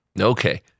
Okay